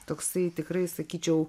toksai tikrai sakyčiau